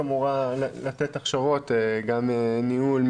אמורה לתת הכשרות גם ניהול,